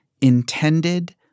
intended